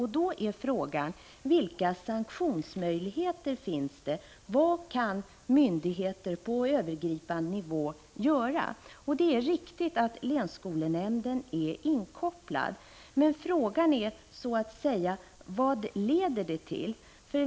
Frågan är: Vilka sanktionsmöjligheter finns det? Vad kan myndigheterna på övergripande nivå göra? Det är riktigt att länsskolnämnden är inkopplad, men frågan är alltså: Vad leder det till?